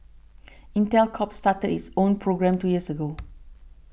Intel Corp started its own program two years ago